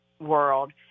world